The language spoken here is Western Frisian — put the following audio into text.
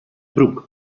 broek